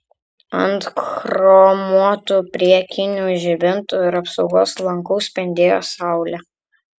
ant chromuotų priekinių žibintų ir apsaugos lankų spindėjo saulė